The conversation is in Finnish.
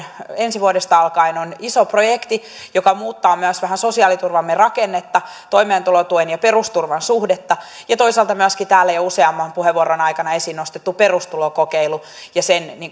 ensi vuodesta alkaen on iso projekti joka muuttaa myös vähän sosiaaliturvamme rakennetta toimeentulotuen ja perusturvan suhdetta ja toisaalta on myöskin täällä jo useamman puheenvuoron aikana esiin nostettu perustulokokeilu ja sen